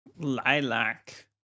lilac